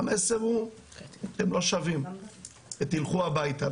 המסר הוא אתם לא שווים ותלכו הביתה.